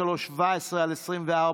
פ/2317/24,